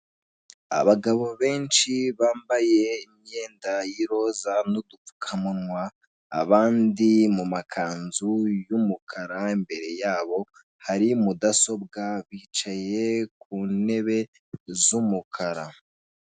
Abagabo benshi bambaye imyenda y'iroza n'udupfukamunwa abandi mu makanzu y'umukara imbere yabo hari mudasobwa bicaye ku ntebe z'umukara.